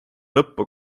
lõppu